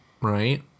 right